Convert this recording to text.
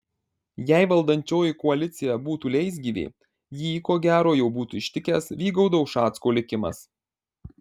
jei valdančioji koalicija būtų leisgyvė jį ko gero jau būtų ištikęs vygaudo ušacko likimas